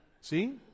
See